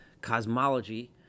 cosmology